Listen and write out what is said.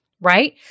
right